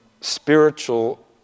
spiritual